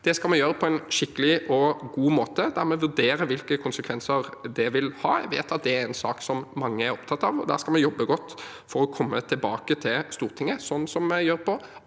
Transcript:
Det skal vi gjøre på en skikkelig og god måte, der vi vurderer hvilke konsekvenser det vil ha. Jeg vet at det er en sak som mange er opptatt av. Der skal vi jobbe godt for å komme tilbake til Stortinget, slik vi gjør på